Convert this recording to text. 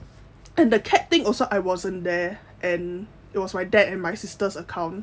and the cat thing also I wasn't there and it was my dad and my sister's account